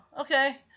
okay